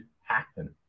happen